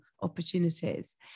opportunities